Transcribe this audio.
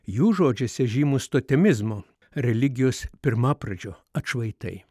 jų žodžiuose žymūs totemizmo religijos pirmapradžio atšvaitai